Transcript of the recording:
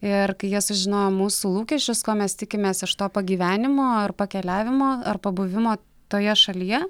ir kai jie sužinojo mūsų lūkesčius ko mes tikimės iš to pagyvenimo ar pakeliavimo ar pabuvimo toje šalyje